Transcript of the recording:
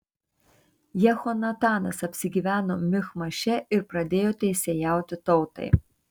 jehonatanas apsigyveno michmaše ir pradėjo teisėjauti tautai